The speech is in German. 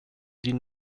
sie